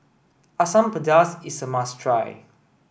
Asam Pedas is a must try